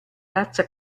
razza